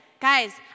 Guys